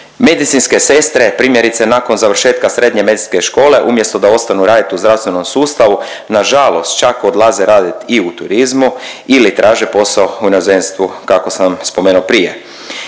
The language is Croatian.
Medicinske sestre primjerice nakon završetka srednje medicinske škole umjesto da ostanu radit u zdravstvenom sustavu, nažalost čak odlaze radit i u turizmu ili traže posao u inozemstvu kako sam spomenuo prije.